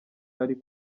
ari